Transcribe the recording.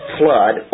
flood